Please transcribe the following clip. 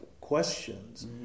questions